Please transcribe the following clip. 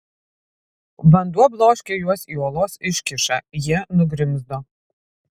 vanduo bloškė juos į uolos iškyšą jie nugrimzdo